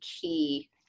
key